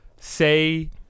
say